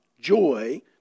joy